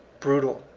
brutal,